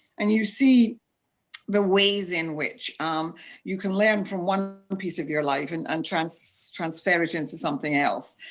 and you see the ways in which um you can learn from one ah piece of your life, and and transfer transfer it into something else,